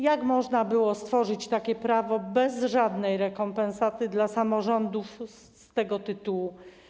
Jak można było stworzyć takie prawo bez żadnej rekompensaty dla samorządów z tego tytułu?